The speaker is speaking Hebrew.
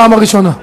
פעם ראשונה.